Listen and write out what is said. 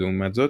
לעומת זאת,